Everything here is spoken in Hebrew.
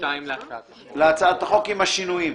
2 להצעת החוק, עם השינויים?